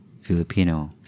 Filipino